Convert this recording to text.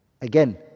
Again